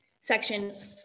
sections